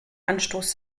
anstoß